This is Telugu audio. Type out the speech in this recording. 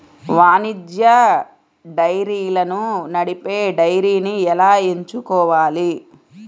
వాణిజ్య డైరీలను నడిపే డైరీని ఎలా ఎంచుకోవాలి?